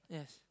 yes